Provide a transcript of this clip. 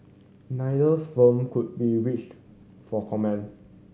neither firm could be reached for comment